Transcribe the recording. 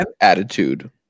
attitude